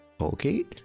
okay